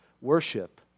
worship